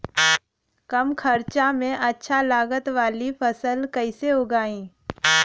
कम खर्चा में अच्छा लागत वाली फसल कैसे उगाई?